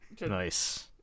Nice